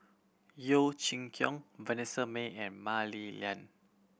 Yeo Chee Kiong Vanessa Mae and Mah Li Lian